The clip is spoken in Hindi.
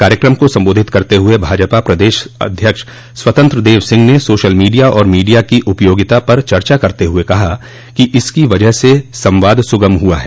कार्यक्रम को संबोधित करते हुये भाजपा प्रदेश अध्यक्ष स्वतंत्र देव सिंह ने सोशल मीडिया और मीडिया की उपयोगिता पर चर्चा करते हुये कहा कि इसकी वजह से संवाद सुगम हुआ है